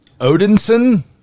Odinson